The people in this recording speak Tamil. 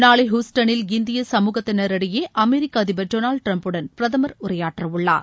நாளை ஹூஸ்டனில் இந்திய சமூகத்தினரிடையே அமெரிக்க அதிபர் டொனால்டு டிரம்புடன் பிரதமர் உரையாற்ற உள்ளார்